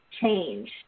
Change